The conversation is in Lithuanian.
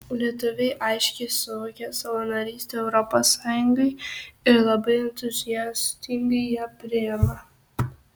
lietuviai aiškiai suvokė savo narystę europos sąjungoje ir labai entuziastingai ją priima